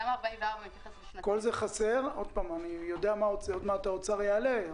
עוד מעט האוצר יעלה.